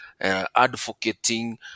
Advocating